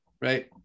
right